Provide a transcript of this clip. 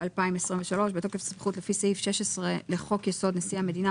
התשפ"ג-2023 בתוקף הסמכות לפי סעיף 16 לחוק-יסוד: נשיא המדינה,